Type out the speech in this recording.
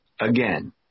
again